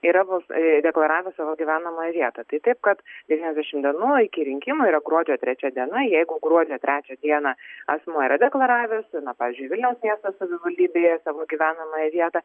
yra bals yra deklaravę savo gyvenamą vietą tai taip kad devyniasdešimt dienų iki rinkimų yra gruodžio trečia diena jeigu gruodžio trečią dieną asmuo yra deklaravęs na pavyzdžiui vilniaus miesto savivaldybėje savo gyvenamąją vietą